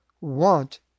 want